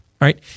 right